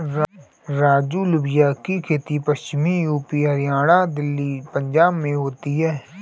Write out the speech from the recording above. राजू लोबिया की खेती पश्चिमी यूपी, हरियाणा, दिल्ली, पंजाब में होती है